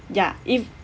ya if